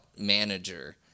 manager